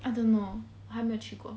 I don't know 还没有去过